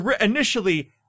initially